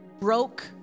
broke